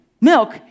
milk